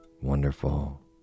wonderful